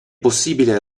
possibile